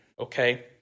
Okay